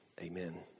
Amen